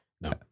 No